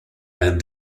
and